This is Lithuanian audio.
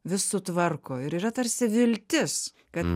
vis sutvarko ir yra tarsi viltis kad